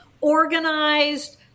organized